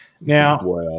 Now